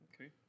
Okay